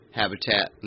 habitat